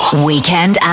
Weekend